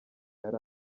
yari